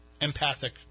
empathic